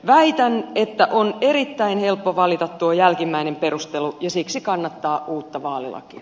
väitän että on erittäin helppo valita tuo jälkimmäinen perustelu ja siksi kannattaa uutta vaalilakia